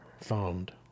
found